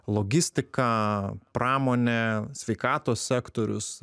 logistika pramonė sveikatos sektorius